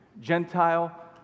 Gentile